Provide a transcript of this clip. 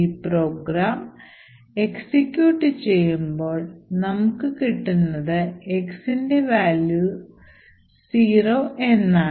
ഈ program execute ചെയ്യുമ്പോൾ നമുക്ക് കിട്ടുന്നത് x ന്റെ value 0 എന്നാണ്